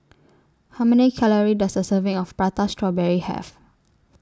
How Many Calories Does A Serving of Prata Strawberry Have